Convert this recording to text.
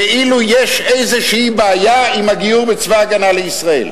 כאילו יש איזו בעיה עם הגיור בצבא-הגנה לישראל,